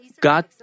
God